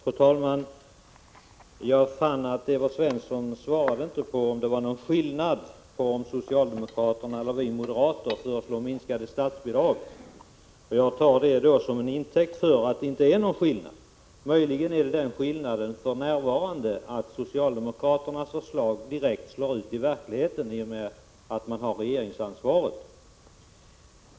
Fru talman! Jag fann att Evert Svensson inte svarade på frågan om det är någon skillnad mellan förslag från socialdemokrater resp. från oss moderater vad gäller minskningar av statsbidragen. Jag tar det till intäkt för att det inte är någon sådan skillnad. Möjligen kan det, för närvarande, vara den skillnaden att socialdemokraternas förslag kan få direkt genomslag därför att socialdemokraterna har regeringsansvaret.